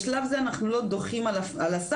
בשלב זה אנחנו לא דוחים על הסף,